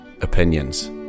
Opinions